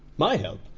my help?